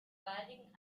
baldigen